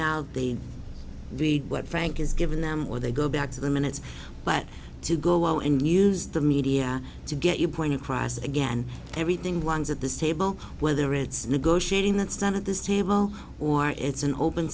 now they read what frank is giving them where they go back to the minutes but to go and use the media to get your point across again everything ones at this table whether it's negotiating that's done at this table or it's an open